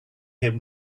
him